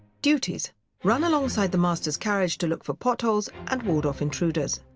duties run alongside the master's carriage to look for potholes and ward off intruders.